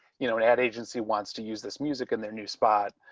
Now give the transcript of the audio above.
you know, an ad agency wants to use this music in their new spot.